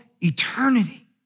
eternity